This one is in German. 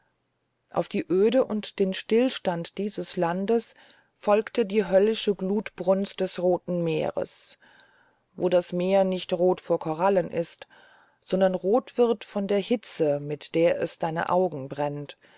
auf die öde und den stillstand dieses landes folgte die höllische glutbrunst des roten meeres wo das meer nicht rot vor korallen ist sondern rot wird von der hitze mit der es deine augen brennt